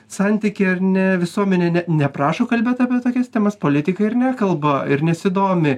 santykį ar ne visuomenė ne neprašo kalbėt apie tokias temas politikai ir nekalba ir nesidomi